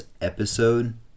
episode